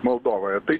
moldovoje taip